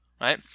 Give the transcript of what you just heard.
right